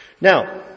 Now